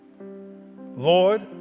Lord